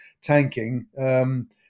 tanking